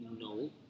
No